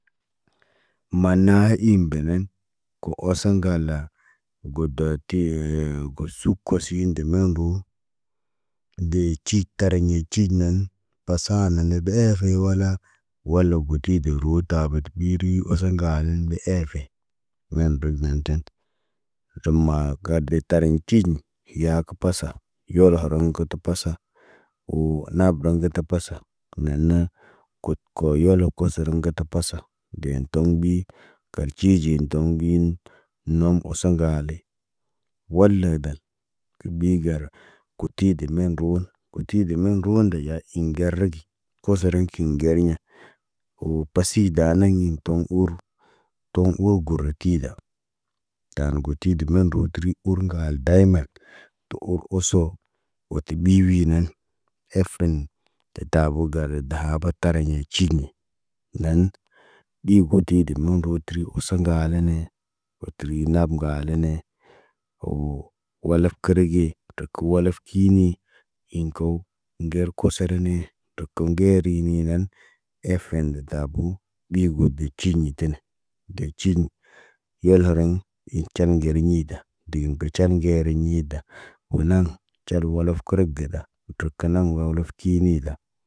Maanna iŋg benen. Kul oso ŋgala Godə tiye got suk koosi ndə men ro. Dee ci tariɲe ciɟ naan, pasa nan ebe efe yewala, walla guti de roota bətə iri oso ŋgalen be efe. Men rəg də ten. ɟom ma kadəre tariɲ ciini, yaakə pasa yolo harun ŋgə tə pasa. Woo na bəraŋg gə ta pasa. Neen, na kut koyolo kəsərə gətə pasa, deen toŋg ɓi, kal ciɟiin toŋg ɓiin, nom oso ŋgaale. Walla dal, kuɓi gar, kuti de men roon, kuti de men roon nda ya iŋgere di, kosoraŋg kiŋg geriɲa. Wo pasida naŋg iŋg toŋg ur, toŋg uwo gur le tiza. Taan got ti dəgə men roon, təri ur ŋgaal dayman, tu ur oso, wo ti ɓi winan. Ef ren, tə taabo garid daabat tariɲe cig nə, laan, ɗi goti deb nurod təri oso ŋgaalene. Wo təri nab ŋgalene, woo wallaf keri ge, taka wala kiini, iŋg ko, ŋgər koso rene, tɔk ko ŋgeeri nii nan. Efen de tabuu, ɓi god gə ciiɲitine, deb cig, yalrəŋg, i call ŋeriɲi da, de ŋgical ŋgeriɲida, wo naŋg cal wolof kərər gəda, tərək kə naŋg wo wolof kinida.